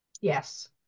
Yes